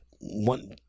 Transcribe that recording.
one